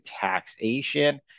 taxation